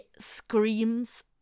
screams